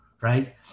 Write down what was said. right